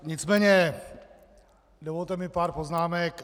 Nicméně mi dovolte pár poznámek.